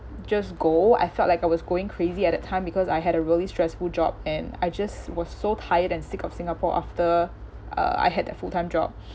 just go I felt like I was going crazy at that time because I had a really stressful job and I just was so tired and sick of singapore after uh I had a full time job